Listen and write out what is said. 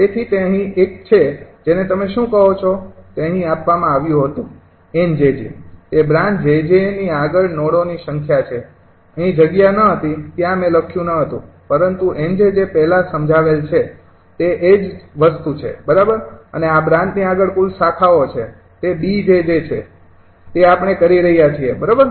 તેથી તે અહીં એક છે જેને તમે શું કહો છો તે અહીં આપવામાં આવ્યું હતું 𝑁𝑗𝑗 તે બ્રાન્ચ 𝑗𝑗 ની આગળ નોડોની સંખ્યા છે અહીં જગ્યા ન હતી ત્યાં મેં લખ્યું ન હતું પરંતુ 𝑁 𝑗𝑗 પહેલા સમજાવેલ છે તે એ જ વસ્તુ બરાબર અને આ બ્રાંચની આગળ કુલ શાખાઓ છે તે 𝐵𝑗𝑗 છે તે આપણે કરી રહ્યા છીએ બરાબર